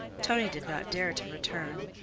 tonie did not dare to return.